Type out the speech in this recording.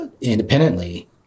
independently